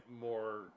more